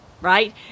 Right